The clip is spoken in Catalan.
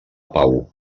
pau